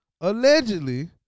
allegedly